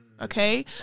okay